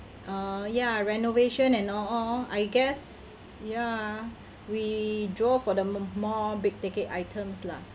uh ya renovation and all all I guess ya we draw for the mo~ more big ticket items lah